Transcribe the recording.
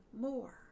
more